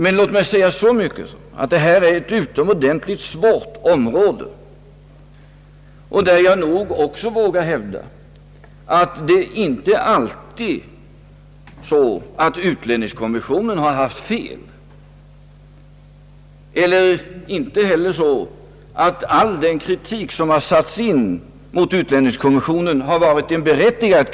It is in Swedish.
Men låt mig säga så mycket att det här är ett utomordentligt svårt område, och jag vågar nog också hävda att det inte alltid är så, att utlänningskommissionen har haft fel, och inte heller så, att all den kritik som riktats mot utlänningskommissionen har varit berättigad.